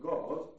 God